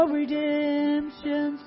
redemption